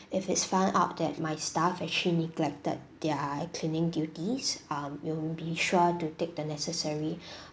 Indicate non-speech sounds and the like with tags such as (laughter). if it's found out that my staff actually neglected their cleaning duties um we'll be sure to take the necessary (breath)